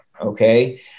okay